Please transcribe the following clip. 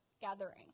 gathering